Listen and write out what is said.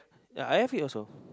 ya I have it also